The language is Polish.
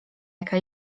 jaka